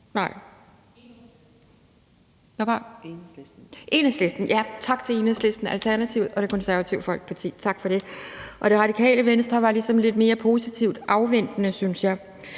Det gjorde Enhedslisten – ja. Tak til Enhedslisten, Alternativet og Det Konservative Folkeparti. Tak for det. Radikale Venstre var ligesom lidt mere positivt afventende, synes jeg.